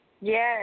Yes